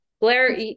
Blair